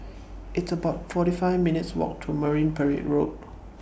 It's about forty five minutes' Walk to Marine Parade Road